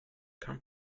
can